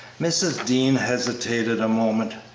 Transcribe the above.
mrs. dean hesitated a moment.